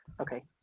Okay